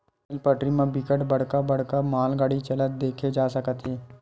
rail पटरी म बिकट बड़का बड़का मालगाड़ी चलत देखे जा सकत हे